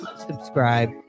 subscribe